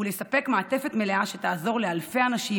לספק מעטפת מלאה שתעזור לאלפי אנשים